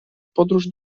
podróż